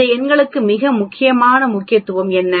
இந்த எண்களுக்கு மிக முக்கியமான முக்கியத்துவம் என்ன